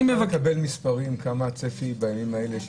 אפשר לקבל מספרים כמה הצפי בימים האלה?